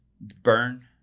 burn